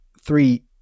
three